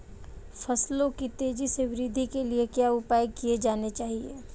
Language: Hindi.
फसलों की तेज़ी से वृद्धि के लिए क्या उपाय किए जाने चाहिए?